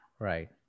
Right